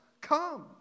come